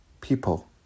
people